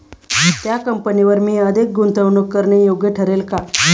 त्या कंपनीवर मी अधिक गुंतवणूक करणे योग्य ठरेल का?